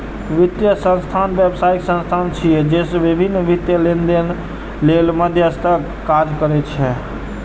वित्तीय संस्थान व्यावसायिक संस्था छिय, जे विभिन्न वित्तीय लेनदेन लेल मध्यस्थक काज करै छै